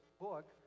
book